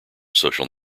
social